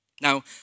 Now